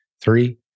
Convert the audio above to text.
Three